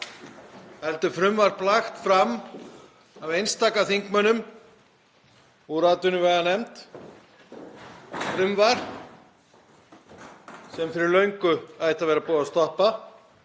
heldur frumvarp lagt fram af einstaka þingmönnum úr atvinnuveganefnd, frumvarp sem fyrir löngu ætti að vera búið að stoppa